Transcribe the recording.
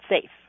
safe